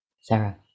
Sarah